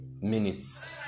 minutes